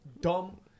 dumb